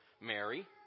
Mary